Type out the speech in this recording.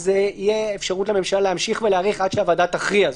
תהיה אפשרות לממשלה להמשיך ולהיערך עד שהוועדה תכריע.